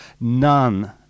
none